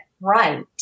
right